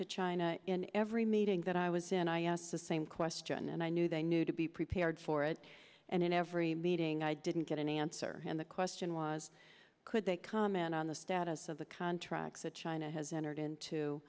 to china in every meeting that i was in i asked the same question and i knew they knew to be prepared for it and in every meeting i didn't get an answer and the question was could they comment on the status of the contract to china has entered into